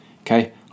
okay